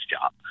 job